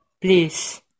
Please